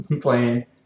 playing